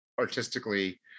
artistically